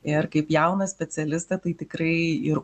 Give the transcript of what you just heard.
ir kaip jauną specialistę tai tikrai ir